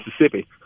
Mississippi